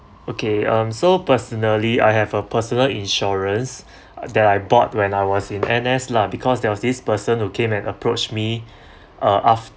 okay um so personally I have a personal insurance that I bought when I was in N_S lah because there was this person who came and approached me uh